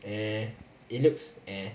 eh it looks eh